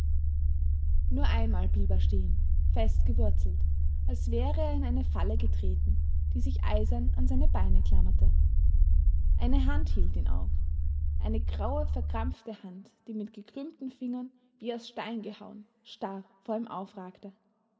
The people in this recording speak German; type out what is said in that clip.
nur einmal blieb er stehen fest gewurzelt als wäre er in eine falle getreten die sich eisern an seine beine klammerte eine hand hielt ihn auf eine graue verkrampfte hand die mit gekrümmten fingern wie aus stein gehauen starr vor ihm aufragte